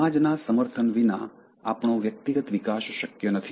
સમાજના સમર્થન વિના આપણો વ્યક્તિગત વિકાસ શક્ય નથી